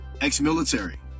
Ex-military